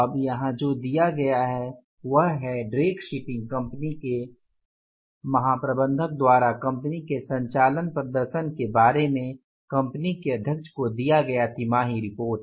अब यहाँ जो दिया गया है वह है ड्रेक शिपिंग कंपनी के महाप्रबंधक द्वारा कंपनी के संचालन प्रदर्शन के बारे में कंपनी के अध्यक्ष को दिया गया तिमाही रिपोर्ट